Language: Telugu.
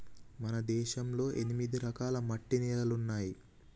మన దేశంలో ఎనిమిది రకాల మట్టి నేలలున్నాయి